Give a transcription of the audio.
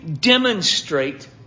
demonstrate